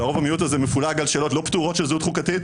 והרוב והמיעוט הזה מפולג על שאלות לא פתורות של זכות חוקתית.